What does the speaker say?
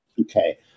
Okay